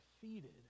defeated